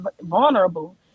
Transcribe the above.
vulnerable